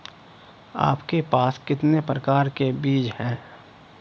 आपके पास कितने प्रकार के बीज हैं?